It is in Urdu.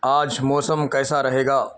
آج موسم کیسا رہے گا